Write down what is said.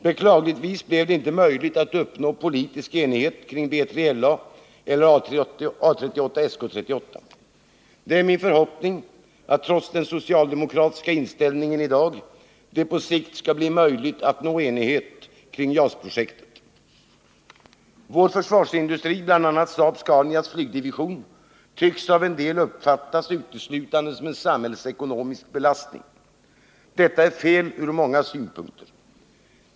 Beklagligtvis blev det inte möjligt att uppnå politisk enhet kring B3LA eller A 38/Sk 38. Det är min förhoppning att — trots den socialdemokratiska inställningen i dag — det på sikt skall bli möjligt att nå enhet kring JAS-projektet. Vår försvarsindustri — bl.a. Saab-Scanias flygdivision — tycks av en del upplevas uteslutande som en samhällsekonomisk belastning. Detta är fel ur många synpunkter.